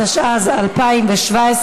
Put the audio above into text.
התשע"ז 2017,